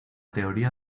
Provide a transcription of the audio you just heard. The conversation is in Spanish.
teoría